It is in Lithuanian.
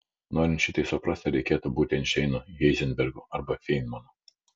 norint šitai suprasti reikėtų būti einšteinu heizenbergu arba feinmanu